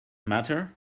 matter